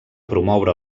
promoure